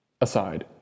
Aside